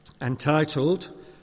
entitled